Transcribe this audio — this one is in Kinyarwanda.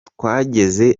twageze